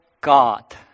God